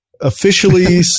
Officially